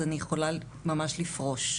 אז אני יכולה ממש לפרוש,